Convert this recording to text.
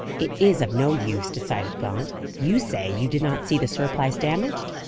it is of no use, decided gaunt. you say you did not see the surplice damaged?